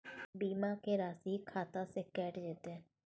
बीमा के राशि खाता से कैट जेतै?